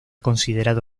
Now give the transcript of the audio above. considerado